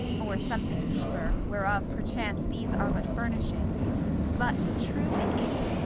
or something deeper, whereof, perchance, these are but furnishings but, true it is,